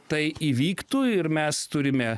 tai įvyktų ir mes turime